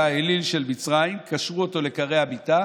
הוא היה האליל של מצרים, קשרו אותו לכרי המיטה,